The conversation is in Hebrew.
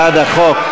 בעד החוק.